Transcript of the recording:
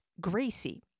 Gracie